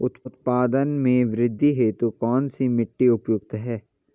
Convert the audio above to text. उत्पादन में वृद्धि हेतु कौन सी मिट्टी उपयुक्त है?